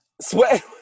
Sweat